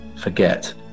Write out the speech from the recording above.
forget